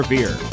Beer